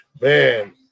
man